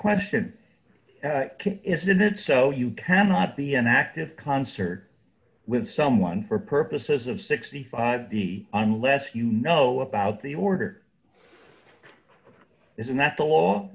question isn't it so you cannot be an active concert with someone for purposes of sixty five be unless you know about the order isn't that the law